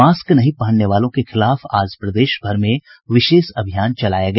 mask नहीं पहनने वालों के खिलाफ आज प्रदेश भर में विशेष अभियान चलाया गया